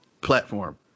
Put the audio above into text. platform